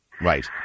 Right